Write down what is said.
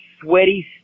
sweaty